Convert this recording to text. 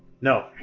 No